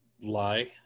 lie